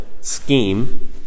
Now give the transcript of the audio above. scheme